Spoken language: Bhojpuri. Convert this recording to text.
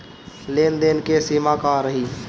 लेन देन के सिमा का रही?